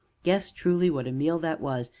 yes, truly, what a meal that was,